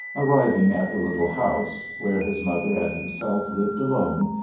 arriving at the little house, where his mother and himself lived alone,